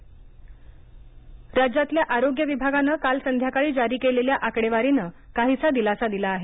corona आकडेवारी राज्यातल्या आरोग्य विभागानं काल संध्याकाळी जारी केलेल्या आकडेवारी नं काहीसा दिलासा दिला आहे